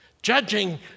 Judging